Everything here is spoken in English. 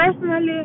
personally